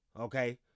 okay